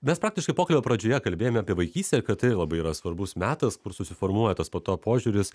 bet praktiškai pokalbio pradžioje kalbėjome apie vaikystę kad tai labai yra svarbus metas kur susiformuoja tas po to požiūris